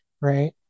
right